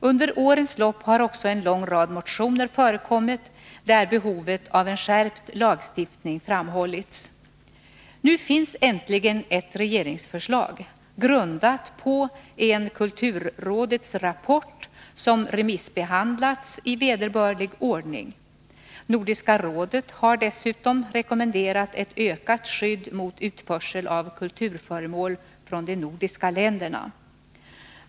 Under årens lopp har också en lång rad motioner förekommit, där behovet av en skärpt lagstiftning framhållits. Nu finns äntligen ett regeringsförslag, grundat på en kulturrådets rapport, som remissbehandlats i vederbörlig ordning. Nordiska rådet har dessutom rekommenderat ett ökat skydd mot utförsel av kulturföremål från de nordiska länderna.